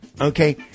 okay